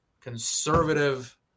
conservative